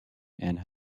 and